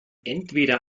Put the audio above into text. entweder